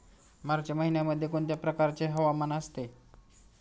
मार्च महिन्यामध्ये कोणत्या प्रकारचे हवामान असते?